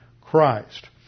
Christ